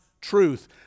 truth